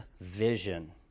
vision